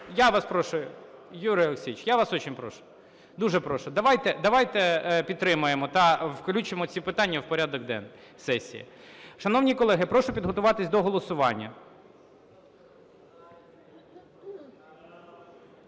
я вас прошу. Юрій Олексійович, я вас очень прошу, дуже прошу. Давайте підтримаємо та включимо ці питання в порядок денний сесії. Шановні колеги, прошу підготуватись до голосування.